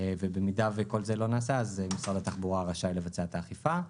במידה שכל זה לא נעשה משרד התחבורה רשאי לבצע את האכיפה.